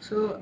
so